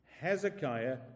Hezekiah